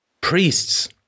Priests